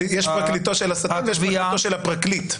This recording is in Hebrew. יש פרקליטו של השטן ויש פרקליטו של הפרקליט,